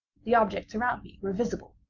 the objects around me were visible.